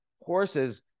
horses